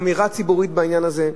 אמירה ציבורית בעניין הזה.